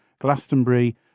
Glastonbury